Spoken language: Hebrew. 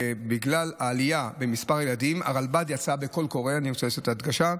ובגלל העלייה במספר הילדים הנפגעים הרלב"ד יצאה בקול קורא לביצוע